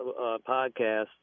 podcast